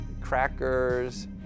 crackers